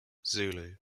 zulu